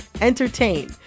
entertain